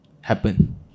happen